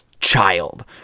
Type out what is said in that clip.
child